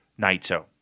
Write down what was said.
Naito